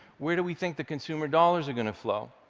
where do we think the consumer dollars are going to flow?